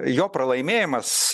jo pralaimėjimas